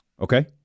Okay